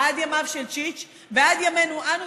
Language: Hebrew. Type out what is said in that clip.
עד ימיו של צ'יץ' ועד ימינו שלנו.